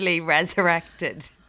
resurrected